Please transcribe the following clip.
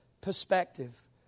perspective